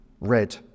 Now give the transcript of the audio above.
red